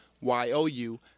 Y-O-U